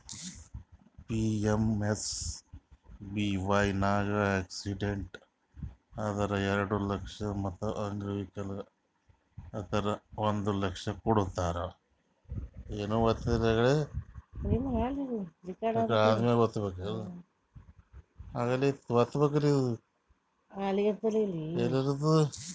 PMSBY ನಾಗ್ accident ಆದುರ್ ಎರಡು ಲಕ್ಷ ಮತ್ ಅಂಗವಿಕಲ ಆದುರ್ ಒಂದ್ ಲಕ್ಷ ಕೊಡ್ತಾರ್